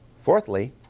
Fourthly